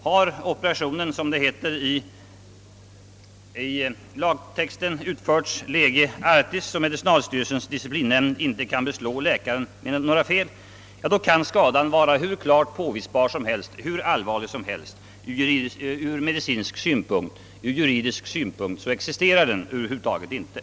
Har operationen — som det heter i lagtexten — utförts lege artis och medicinalstyrelsens disciplinnämnd inte kan beslå läkaren med fel kan skadan vara hur klart påvisbar och hur allvarlig som helst ur medicinsk synpunkt, ur juridisk synpunkt existerar den över huvud taget inte.